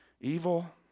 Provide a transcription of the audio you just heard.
evil